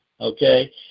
okay